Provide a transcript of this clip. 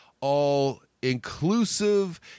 all-inclusive